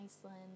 Iceland